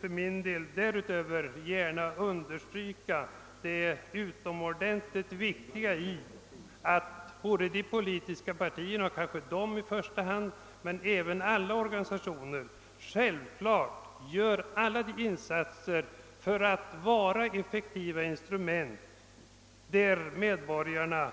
För min del vill jag därutöver gärna understryka det utomordentligt viktiga i att de politiska partierna i första hand men också alla andra organisationer självklart gör alla erforderliga insatser för att bli effektiva instrument med möjligheter